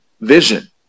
vision